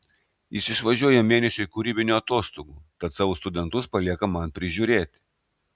jis išvažiuoja mėnesiui kūrybinių atostogų tad savo studentus palieka man prižiūrėti